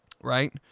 Right